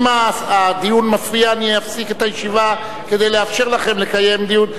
אם הדיון מפריע אני אפסיק את הישיבה כדי לאפשר לכם לקיים דיון.